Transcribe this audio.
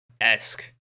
esque